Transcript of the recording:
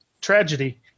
tragedy